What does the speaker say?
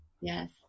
yes